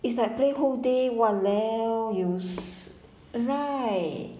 it's like play whole day !waliao! 有 right